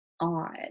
odd